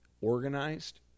organized